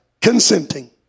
Consenting